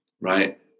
right